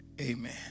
amen